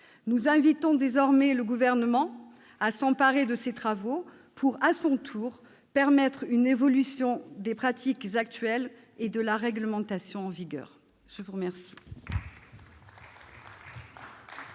Nous invitons désormais le Gouvernement à s'emparer de ces travaux pour, à son tour, permettre une évolution des pratiques et de la réglementation en vigueur. La parole